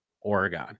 Oregon